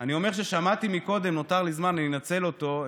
אני אומר שנותר לי זמן ואני אנצל אותו,